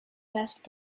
best